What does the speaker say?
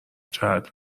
جهت